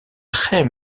très